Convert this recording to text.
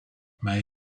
may